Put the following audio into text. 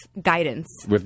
guidance